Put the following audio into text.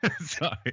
Sorry